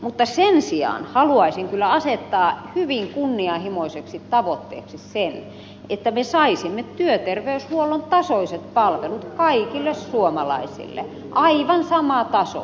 mutta sen sijaan haluaisin kyllä asettaa hyvin kunnianhimoiseksi tavoitteeksi sen että me saisimme työterveyshuollon tasoiset palvelut kaikille suomalaisille aivan saman tason